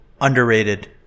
Underrated